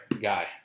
Guy